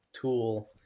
tool